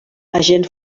agent